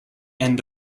end